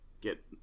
get